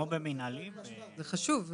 זה חשוב.